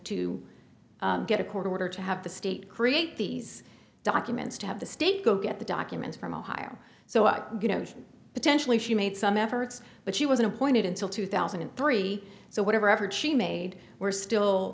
to get a court order to have the state create these documents to have the state go get the documents from ohio so you know potentially she made some efforts but she wasn't appointed until two thousand and three so whatever effort she made we're still